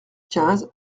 quinze